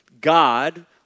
God